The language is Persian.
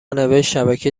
نوشتشبکه